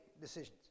decisions